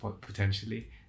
potentially